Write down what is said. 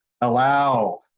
allow